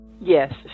Yes